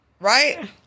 Right